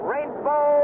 Rainbow